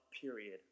period